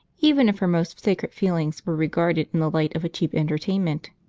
even if her most sacred feelings were regarded in the light of a cheap entertainment.